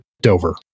Dover